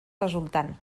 resultant